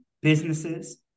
businesses